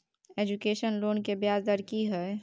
Education loan के ब्याज दर की हय?